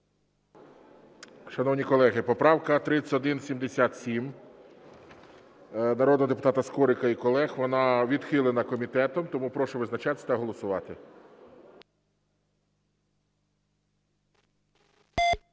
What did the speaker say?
Шановні колеги, поправка 3177 народного депутата Скорика і колег, вона відхилена комітетом. Тому прошу визначатись та голосувати.